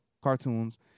cartoons